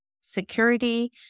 security